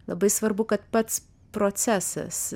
labai svarbu kad pats procesas